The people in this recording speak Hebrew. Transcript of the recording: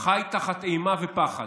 והוא חי תחת אימה ופחד.